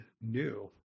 new